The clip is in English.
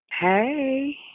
Hey